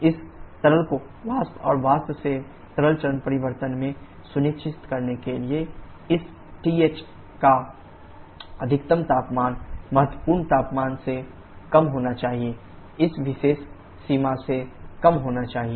इस तरल को वाष्प और वाष्प से तरल चरण परिवर्तन में सुनिश्चित करने के लिए इस TH का अधिकतम तापमान महत्वपूर्ण तापमान से कम होना चाहिए इस विशेष सीमा से कम होना चाहिए